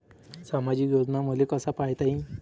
सामाजिक योजना मले कसा पायता येईन?